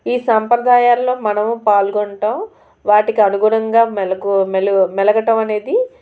ఈ సాంప్రదాయాల్లో మనము పాల్గొంటాము వాటికి అనుగుణంగా మెలకు మెల మెలగడమనేది